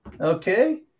Okay